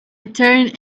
turned